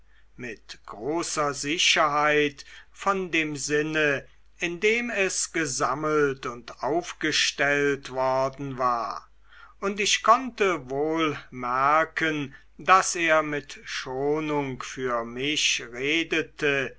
mit großer sicherheit von dem sinne in dem es gesammelt und aufgestellt worden war und ich konnte wohl merken daß er mit schonung für mich redete